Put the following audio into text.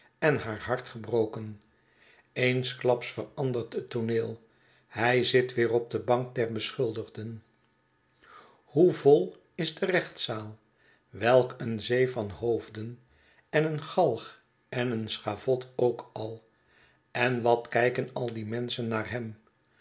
en haar hart gebroken eensklaps verandert het tooneel hij zit weer op de bank der beschuldigden hoe vol is de gerechtszaal welk een zee van hoofden en een galg en een schavot ook al en wat kijken al die menschen naar hem